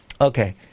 Okay